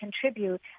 contribute